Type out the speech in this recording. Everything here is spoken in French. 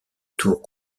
tours